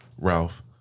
Ralph